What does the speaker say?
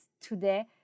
today